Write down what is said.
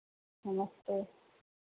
नमस्ते